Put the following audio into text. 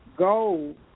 gold